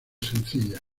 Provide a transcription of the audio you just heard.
sencilla